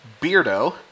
Beardo